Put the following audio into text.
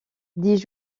dix